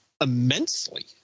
immensely